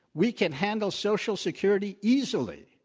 we can handle social security easily.